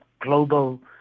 global